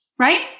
right